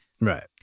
Right